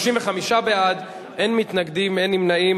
35 בעד, אין מתנגדים, אין נמנעים.